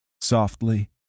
softly